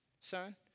son